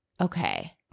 Okay